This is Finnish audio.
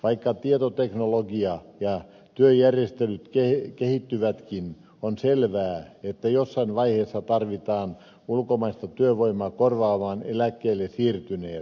vaikka tietoteknologia ja työjärjestelyt kehittyvätkin on selvää että jossain vaiheessa tarvitaan ulkomaista työvoimaa korvaamaan eläkkeelle siirtyneet